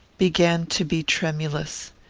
began to be tremulous.